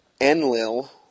Enlil